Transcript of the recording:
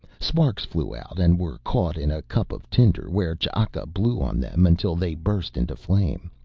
sparks flew out and were caught in a cup of tinder, where ch'aka blew on them until they burst into flame.